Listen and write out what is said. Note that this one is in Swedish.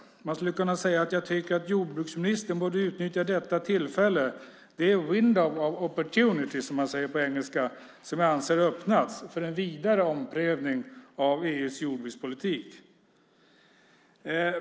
Man skulle kunna säga att jag tycker att jordbruksministern borde utnyttja detta tillfälle, det window of opportunity som man säger på engelska, som jag anser har öppnats för en vidare omprövning av EU:s jordbrukspolitik.